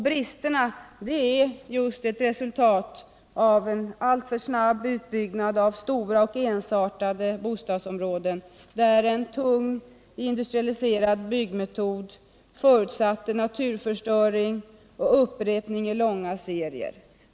Bristerna är ett resultat av den alltför snabba utbyggnaden av stora och ensartade bostadsområden, där en tung industrialiserad byggmetod förutsatte naturförstöring och upprepning i långa serier.